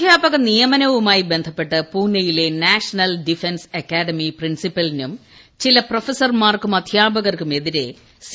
അധ്യാപകനിയമനവുമായി ബന്ധപ്പെട്ട് പൂനൈയിലെ ന് നാഷണൽ ഡിഫൻസ് അക്കാഡമി പ്രിൻസിപ്പലിനും ചില പ്രൊഫസർമാർക്കും അധ്യാപകർക്കുമെതിരെ സി